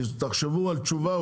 תחשבו על תשובה,